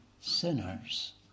sinners